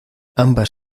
ambas